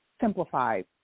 simplified